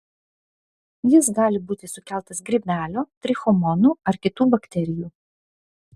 jis gali būti sukeltas grybelio trichomonų ar kitų bakterijų